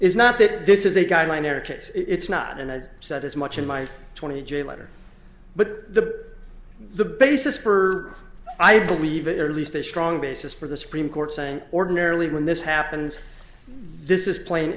is not that this is a guideline there a case it's not and as i said as much in my twenty j letter but the the basis for i believe it or at least a strong basis for the supreme court saying ordinarily when this happens this is playing